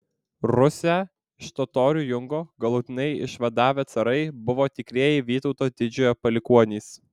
rusią iš totorių jungo galutinai išvadavę carai buvo tikrieji vytauto didžiojo palikuonys